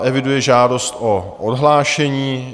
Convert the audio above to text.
Eviduji žádost o odhlášení.